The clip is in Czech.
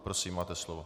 Prosím, máte slovo.